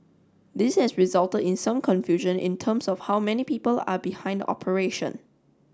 this has resulted in some confusion in terms of how many people are behind the operation